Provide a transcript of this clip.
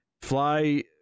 Fly